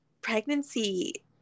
pregnancy